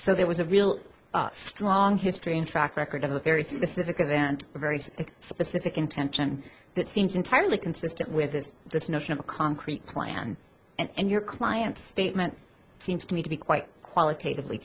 so there was a real strong history and track record of a very specific event a very specific intention that seems entirely consistent with this this notion of a concrete plan and your client statement seems to me to be quite quali